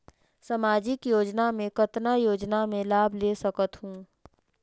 समाजिक योजना मे कतना योजना मे लाभ ले सकत हूं?